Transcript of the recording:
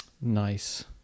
Nice